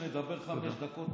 נדבר חמש דקות,